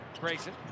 Grayson